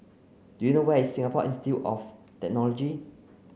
do you know where is Singapore Institute of Technology